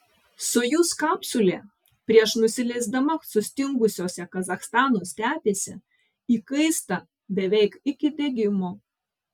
sojuz kapsulė prieš nusileisdama sustingusiose kazachstano stepėse įkaista beveik iki degimo